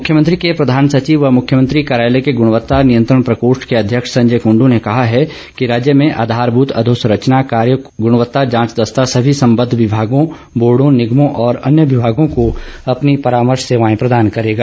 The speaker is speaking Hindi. मुख्यमंत्री के प्रधान सचिव व मुख्यमंत्री कार्यालय के गुणवत्ता नियंत्रण प्रकोष्ठ के अध्यक्ष संजय कुंडू ने कहा है कि राज्य में आधारभूत अधोसंरचना कार्यो की जांच स्वतंत्र गुणवत्ता जांच दस्ता सभी सम्बद्ध विभागों बोर्डो निगमों और अन्य विभागों को अपनी परामर्श सेवाएं प्रदान करेगा